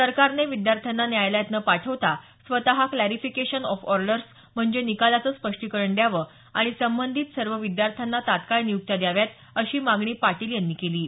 सरकारने विद्यार्थ्यांना न्यायालयात न पाठवता स्वतः क्रॅरिफिकेशन ऑफ ऑर्डर्स म्हणजे निकालाचं स्पष्टीकरण द्यावं आणि संबधीत सर्व विद्यार्थ्यांना तत्काळ नियुक्त्या द्याव्यात अशी मागणी पाटील यांनी केली आहे